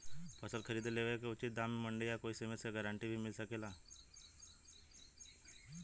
फसल खरीद लेवे क उचित दाम में मंडी या कोई समिति से गारंटी भी मिल सकेला?